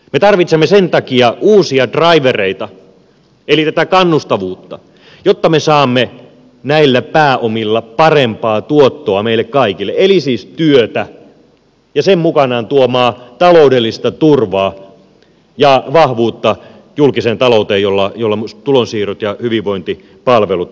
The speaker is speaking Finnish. me tarvitsemme sen takia uusia draivereita eli tätä kannustavuutta jotta me saamme näillä pääomilla parempaa tuottoa meille kaikille eli siis työtä ja sen julkiseen talouteen mukanaan tuomaa taloudellista turvaa ja vahvuutta jolla myös tulonsiirrot ja hyvinvointipalvelut rahoitetaan